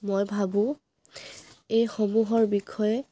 মই ভাবোঁ এইসমূহৰ বিষয়ে